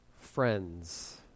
friends